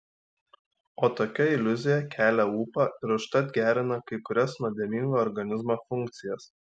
o tokia iliuzija kelia ūpą ir užtat gerina kai kurias nuodėmingo organizmo funkcijas